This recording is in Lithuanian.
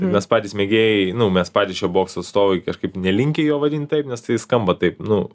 mes patys mėgėjai mes patys čia bokso atstovai kažkaip nelinkę jo vadint taip nes tai skamba taip nu